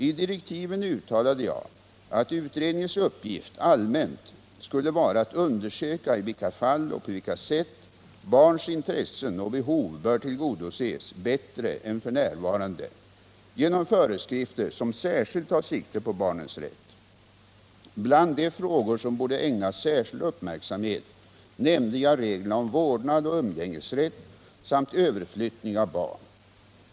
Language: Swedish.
I direktiven uttalade jag att utredningens uppgift allmänt skulle vara att undersöka i vilka fall och på vilka sätt barns intressen och behov bör tillgodoses bättre än f. n. genom föreskrifter som särskilt tar sikte på barnens rätt. Bland de frågor som borde ägnas särskild uppmärksamhet nämnde jag reglerna om vårdnad och umgängesrätt samt överflyttning av barn.